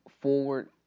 forward